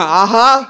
aha